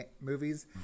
movies